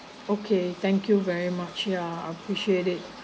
okay thank you very much yeah appreciate it